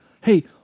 hey